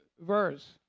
verse